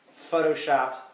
photoshopped